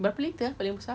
berapa litre ah paling besar